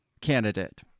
candidate